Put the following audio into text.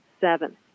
Seven